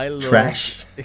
trash